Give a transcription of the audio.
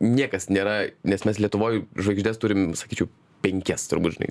niekas nėra nes mes lietuvoj žvaigždes turim sakyčiau penkias turbūt žinai